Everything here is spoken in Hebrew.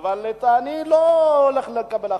אבל אני לא הולך לקבל החלטות.